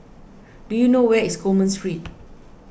do you know where is Coleman Street